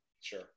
Sure